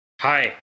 Hi